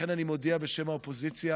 אני מודיע בשם האופוזיציה